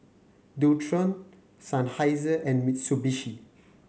Dualtron Seinheiser and Mitsubishi